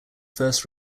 first